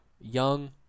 Young